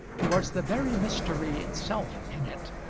towards the very mystery itself in it,